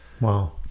wow